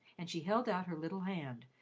and she held out her little hand,